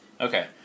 Okay